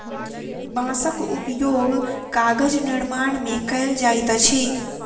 बांसक उपयोग कागज निर्माण में कयल जाइत अछि